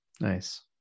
Nice